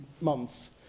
months